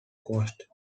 coast